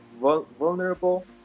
vulnerable